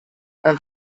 amb